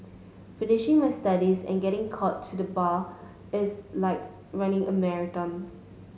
finishing my studies and getting called to the Bar is like running a marathon